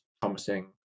promising